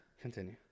continue